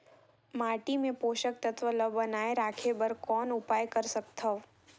माटी मे पोषक तत्व ल बनाय राखे बर कौन उपाय कर सकथव?